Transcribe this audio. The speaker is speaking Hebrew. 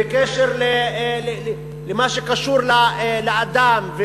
בקשר למה שקשור לאדם.